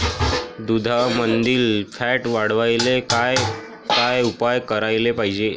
दुधामंदील फॅट वाढवायले काय काय उपाय करायले पाहिजे?